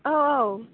औ औ